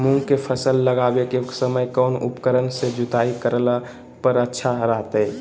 मूंग के फसल लगावे के समय कौन उपकरण से जुताई करला पर अच्छा रहतय?